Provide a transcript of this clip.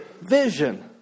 vision